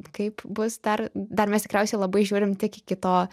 kaip bus dar dar mes tikriausiai labai žiūrim tik iki to